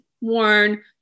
worn